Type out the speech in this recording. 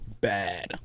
bad